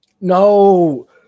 No